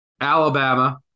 Alabama